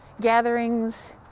gatherings